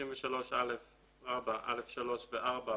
53א(א)(3) ו-(4),